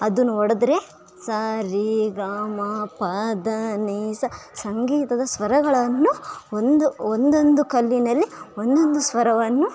ಅದನ್ ಹೊಡದ್ರೆ ಸ ರಿ ಗ ಮ ಪ ದ ನಿ ಸ ಸಂಗೀತದ ಸ್ವರಗಳನ್ನು ಒಂದು ಒಂದೊಂದು ಕಲ್ಲಿನಲ್ಲಿ ಒಂದೊಂದು ಸ್ವರವನ್ನು